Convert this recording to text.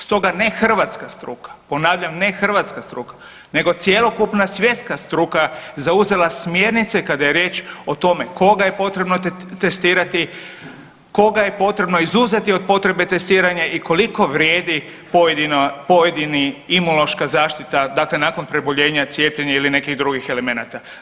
Stoga ne hrvatska struka, ponavljam ne hrvatska struka nego cjelokupna svjetska struka zauzela smjernice kada je riječ o tome koga je potrebno testirati, koga je potrebno izuzeti od potrebe testiranja i koliko vrijedi pojedini imunološka zaštita nakon preboljenja cijepljenja ili nekih drugih elemenata.